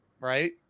right